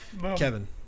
Kevin